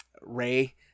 Ray